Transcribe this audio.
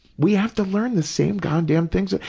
we have to learn the same goddamn things.